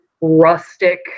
rustic